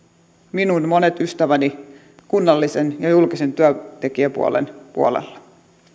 minun monet ystäväni kunnallisen ja julkisen työntekijäpuolen puolella